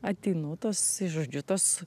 ateinu tos i žodžiu tos